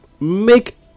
make